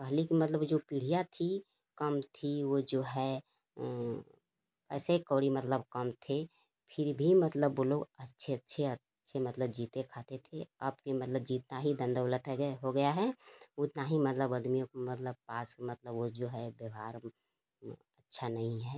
पहले की मतलब जो पीढ़ियाँ थी कम थी वो जो है ऐसे कौड़ी मतलब कम थे फिर भी मतलब ओ लोग अच्छे अच्छे अच्छे मतलब जीते खाते थे अब के मतलब जितना ही धन दौलत हैगे हो गया है उतना ही मतलब आदमियों को मतलब पास मतलब वो जो है व्यवहार अच्छा नहीं है